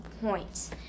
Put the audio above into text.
points